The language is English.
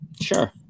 Sure